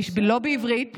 לא בעברית,